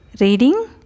reading